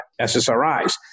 SSRIs